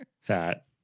fat